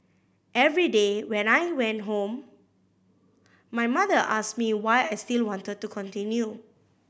every day when I went home my mother asked me why I still wanted to continue